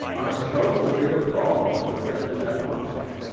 are supposed to be the cause of the wretch's animosity.